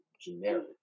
generic